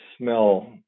smell